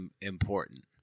important